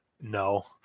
No